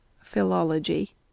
Philology